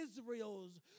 Israel's